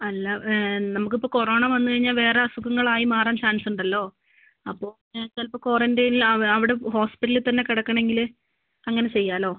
അല്ല നമുക്ക് ഇപ്പം കൊറോണ വന്നുകഴിഞ്ഞാൽ വേറെ അസുഖങ്ങളായി മാറാൻ ചാൻസ് ഉണ്ടല്ലോ അപ്പോൾ പിന്നെ ചിലപ്പോൾ ക്വാറന്റൈനിൽ അവിടെ ഹോസ്പിറ്റലിൽ തന്നെ കിടക്കണമെങ്കിൽ അങ്ങനെ ചെയ്യാമല്ലോ